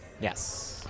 yes